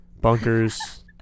Bunkers